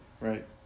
right